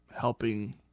helping